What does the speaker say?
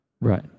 Right